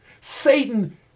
Satan